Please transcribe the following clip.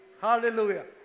Hallelujah